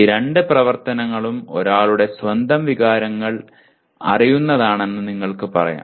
ഈ രണ്ട് പ്രവർത്തനങ്ങളും ഒരാളുടെ സ്വന്തം വികാരങ്ങൾ അറിയുന്നതാണെന്ന് നിങ്ങൾക്ക് പറയാം